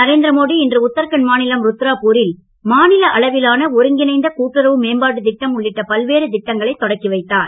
நரேந்திரமோடி இன்று உத்தராகண்ட் மாநிலம் ருத்ராபூரில் மாநில அளவிலான ஒருங்கிணைந்த கூட்டுறவு மேம்பாட்டுத் திட்டம் உள்ளிட்ட பல்வேறு திட்டங்களைத் தொடக்கி வைத்தார்